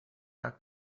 так